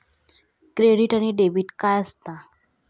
Credit आणि debit काय असता?